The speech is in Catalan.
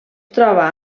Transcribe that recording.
troba